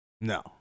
No